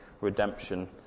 redemption